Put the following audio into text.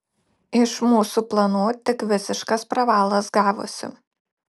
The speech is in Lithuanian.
iš mūsų planų tik visiškas pravalas gavosi